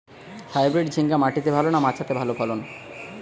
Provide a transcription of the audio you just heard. Hybrid ঝিঙ্গা মাটিতে ভালো না মাচাতে ভালো ফলন?